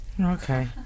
Okay